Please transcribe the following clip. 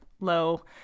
low